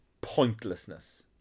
pointlessness